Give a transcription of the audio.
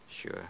Sure